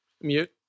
mute